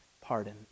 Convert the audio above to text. pardon